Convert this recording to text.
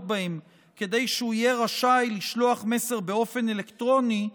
בהם כדי שהוא יהיה רשאי לשלוח מסר באופן אלקטרוני,